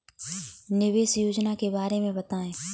निवेश योजना के बारे में बताएँ?